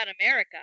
America